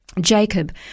Jacob